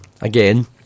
again